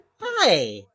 Hi